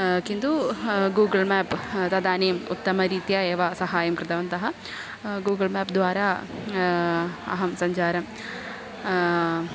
किन्तु Google map तदानीम् उत्तमरीत्या एव सहाय्यं कृतवन्तः गूगुळ् मेप् द्वारा अहं सञ्चारम्